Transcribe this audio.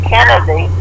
Kennedy